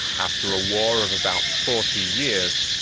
after a war of about forty years,